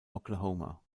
oklahoma